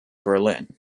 berlin